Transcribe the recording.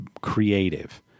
creative